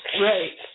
Right